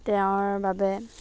তেওঁৰ বাবে